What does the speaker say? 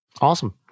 Awesome